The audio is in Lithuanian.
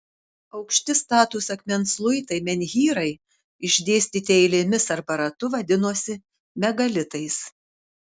aukšti statūs akmens luitai menhyrai išdėstyti eilėmis arba ratu vadinosi megalitais